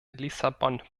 lissabon